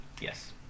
Yes